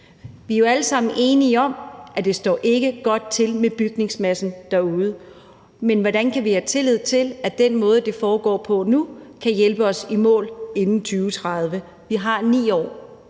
Vi er jo alle sammen enige om, at det ikke står godt til med bygningsmassen derude, men hvordan kan vi have tillid til, at den måde, det foregår på nu, kan hjælpe os i mål inden 2030? Vi har 9 år,